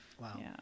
Wow